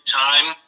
time